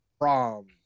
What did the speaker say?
prom